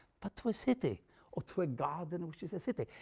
but to a city or to a garden which is a city.